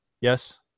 Yes